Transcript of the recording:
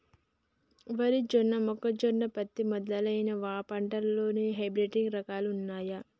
వరి జొన్న మొక్కజొన్న పత్తి మొదలైన పంటలలో హైబ్రిడ్ రకాలు ఉన్నయా?